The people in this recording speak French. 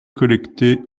collectées